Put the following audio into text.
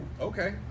okay